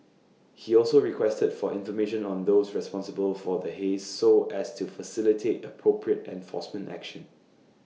he also requested for information on those responsible for the haze so as to facilitate appropriate enforcement action